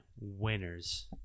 Winners